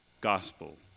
gospel